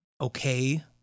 okay